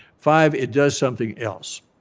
five, it does something else,